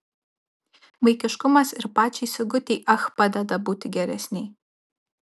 vaikiškumas ir pačiai sigutei ach padeda būti geresnei